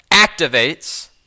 activates